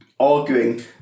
arguing